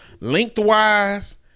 lengthwise